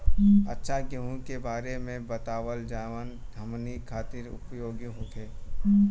अच्छा गेहूँ के बारे में बतावल जाजवन हमनी ख़ातिर उपयोगी होखे?